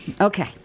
Okay